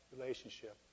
relationship